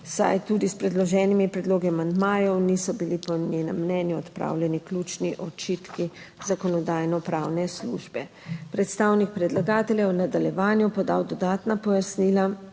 Saj tudi s predloženimi predlogi amandmajev niso bili po njenem mnenju odpravljeni ključni očitki Zakonodajno-pravne službe. Predstavnik predlagatelja je v nadaljevanju podal dodatna pojasnila,